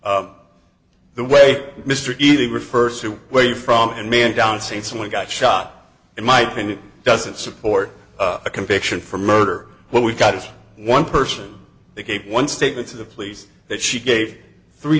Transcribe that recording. of the way mr keating refers to where you're from and man down saying someone got shot and my friend doesn't support a conviction for murder what we've got is one person they gave one statement to the police that she gave three